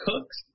Cooks